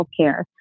healthcare